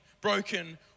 broken